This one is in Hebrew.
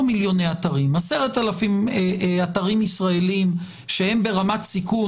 מיליוני אתרים - 10,000 אתרים ישראליים שהם ברמת סיכון,